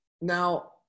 now